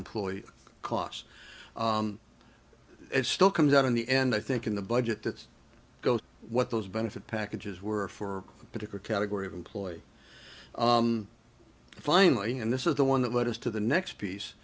employee costs it still comes out in the end i think in the budget that goes what those benefit packages were for a particular category of employee finally and this is the one that led us to the next piece